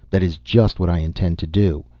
that is just what i intend to do.